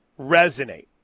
resonate